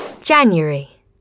january